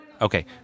Okay